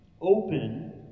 open